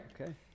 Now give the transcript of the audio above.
Okay